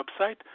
website